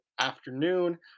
afternoon